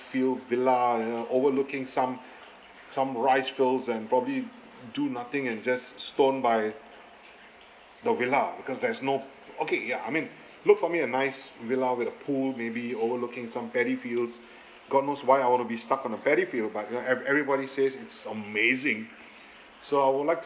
field villa you know overlooking some some rice fields and probably do nothing and just stone by the villa because there is no okay ya I mean look for me a nice villa with a pool may be overlooking some paddy fields god knows why I want to be stuck on a paddy field but you know ev~ everybody says it's amazing so I would like to